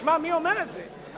תשמע מי אומר את זה,